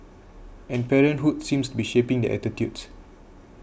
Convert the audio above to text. and parenthood seems to be shaping their attitudes